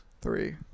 three